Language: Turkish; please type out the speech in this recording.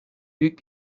büyük